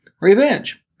revenge